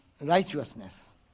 righteousness